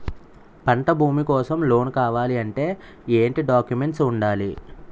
పంట భూమి కోసం లోన్ కావాలి అంటే ఏంటి డాక్యుమెంట్స్ ఉండాలి?